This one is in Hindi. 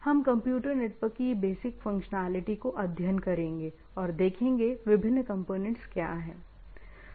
हम कंप्यूटर नेटवर्क की बेसिक फंक्शनैलिटी को अध्ययन करेंगे और देखेंगे विभिन्न कंपोनेंटस क्या हैं